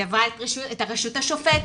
היא עברה את הרשות השופטת.